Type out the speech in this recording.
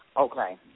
Okay